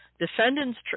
Defendants